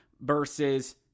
versus